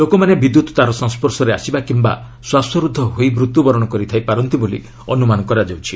ଲୋକମାନେ ବିଦ୍ୟତ୍ ତାର ସଂସ୍କର୍ଶରେ ଆସିବା କିମ୍ବା ଶ୍ୱାସରୁଦ୍ଧ ହୋଇ ମୃତ୍ୟୁବରଣ କରିଥାଇପାରନ୍ତି ବୋଲି ଅନୁମାନ କରାଯାଉଛି